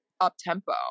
up-tempo